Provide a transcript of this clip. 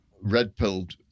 red-pilled